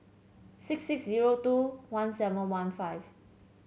six six zero two one seven one five